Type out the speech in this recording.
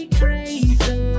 crazy